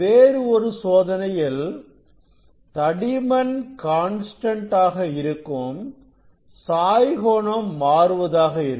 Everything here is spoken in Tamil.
வேறு ஒரு சோதனையில் தடிமன் கான்ஸ்டன்ட் இருக்கும் சாய் கோணம் மாறுவதாக இருக்கும்